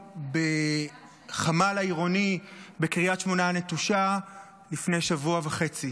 בחמ"ל העירוני בקריית שמונה הנטושה לפני שבוע וחצי.